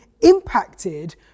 impacted